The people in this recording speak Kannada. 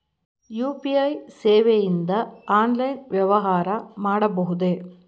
ಯು.ಪಿ.ಐ ಸೇವೆಯಿಂದ ಆನ್ಲೈನ್ ವ್ಯವಹಾರ ಮಾಡಬಹುದೇ?